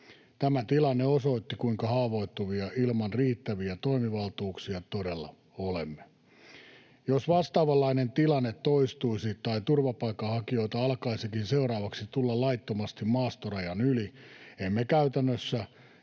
Tämä tilanne osoitti, kuinka haavoittuvia ilman riittäviä toimivaltuuksia todella olemme. Jos vastaavanlainen tilanne toistuisi tai turvapaikanhakijoita alkaisikin seuraavaksi tulla laittomasti maastorajan yli, emme käytännössä